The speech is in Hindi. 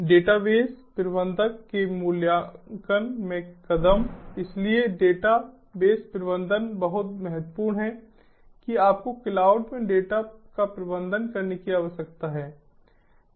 डेटाबेस प्रबंधक के मूल्यांकन में कदम इसलिए डेटाबेस प्रबंधन बहुत महत्वपूर्ण है कि आपको क्लाउड में डेटा का प्रबंधन करने की आवश्यकता है